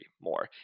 more